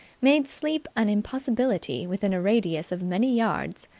made sleep an impossibility within a radius of many yards.